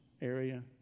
area